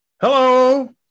Hello